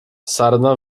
sarna